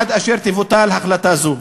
עד אשר תבוטל החלטה זו.